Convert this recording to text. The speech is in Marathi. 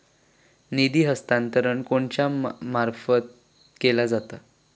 निधी हस्तांतरण कोणाच्या मार्फत केला जाता?